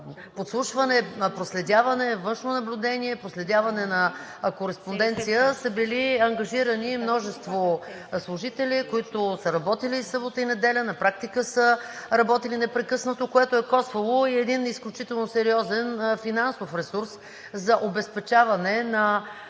подслушване, проследяване, външно наблюдение, проследяване на кореспонденция са били ангажирани множество служители, които са работили и събота, и неделя, на практика са работили непрекъснато, което е коствало и един изключително сериозен финансов ресурс за обезпечаване на